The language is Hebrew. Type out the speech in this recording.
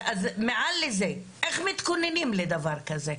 אז מעל לזה, איך מתכוננים לדבר כזה?